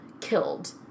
killed